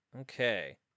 Okay